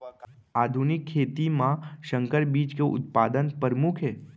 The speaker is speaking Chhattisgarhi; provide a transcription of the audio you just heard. आधुनिक खेती मा संकर बीज के उत्पादन परमुख हे